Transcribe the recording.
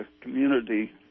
community